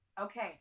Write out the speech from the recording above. okay